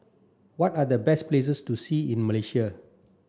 what are the best places to see in Malaysia